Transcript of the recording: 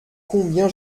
combien